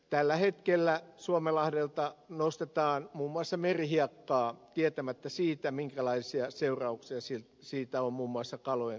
tällä hetkellä suomenlahdelta nostetaan muun muassa merihiekkaa tietämättä siitä minkälaisia seurauksia siitä on muun muassa kalojen kutualueille